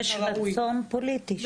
כי יש רצון פוליטי שם .